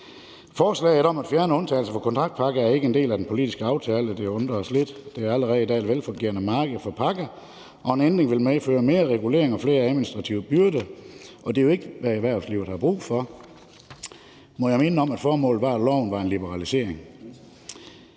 Forslaget om at fjerne undtagelser fra kontraktpakker er ikke en del af den politiske aftale. Det undrer os lidt. Der er allerede i dag et velfungerende marked for pakker, og en ændring vil medføre mere regulering og flere administrative byrder, og det er jo ikke, hvad erhvervslivet har brug for. Må jeg minde om, at formålet var, at loven skulle være en liberalisering?